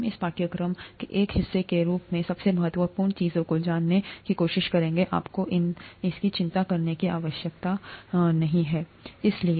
हम इस पाठ्यक्रम के एक हिस्से के रूप में सबसे महत्वपूर्ण चीजों को जानेंगे आपको इसकेचिंता करने की आवश्यकता नहीं है बारे में